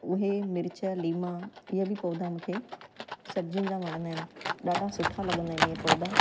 त उहे मिर्च लीमा इहो बि पौधा मुखे सब्ज़ियुनि जा वणंदा आहिनि ॾाढा सुठा लॻंदा आहिनि इहे पौधा